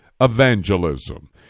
evangelism